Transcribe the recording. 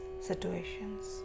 situations